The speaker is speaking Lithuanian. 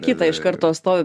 kitą iš karto stovi